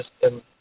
system